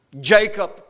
Jacob